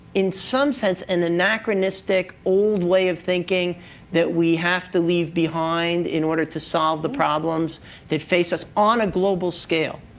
in some sense, an anachronistic, old way of thinking that we have to leave behind in order to solve the problems that face us on a global scale,